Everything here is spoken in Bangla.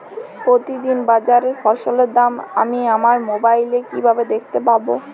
প্রতিদিন বাজারে ফসলের দাম আমি আমার মোবাইলে কিভাবে দেখতে পাব?